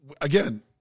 again